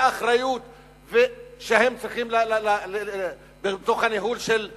אחריות שהם צריכים בתוך הניהול של